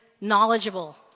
knowledgeable